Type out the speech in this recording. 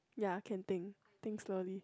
ya can think think slowly